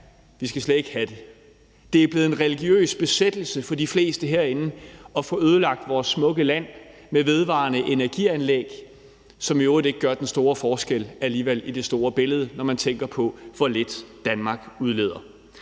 at vi slet ikke skal have det. Det er blevet en religiøs besættelse for de fleste herinde at få ødelagt vores smukke land med vedvarende energi-anlæg, som i øvrigt ikke gør den store forskel alligevel i det store billede, når man tænker på, hvor lidt Danmark udleder.